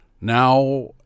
Now